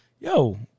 yo